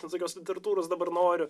ne tokios literatūros dabar noriu